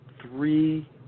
three